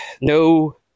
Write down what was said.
no